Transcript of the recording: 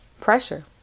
pressure